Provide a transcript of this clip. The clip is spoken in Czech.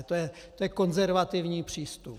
To je konzervativní přístup.